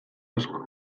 askok